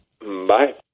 Bye